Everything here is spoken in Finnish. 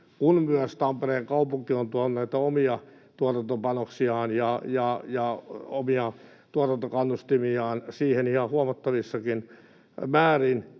kun myös Tampereen kaupunki on tuonut omia tuotantopanoksiaan ja omia tuotantokannustimiaan siihen ihan huomattavissakin määrin,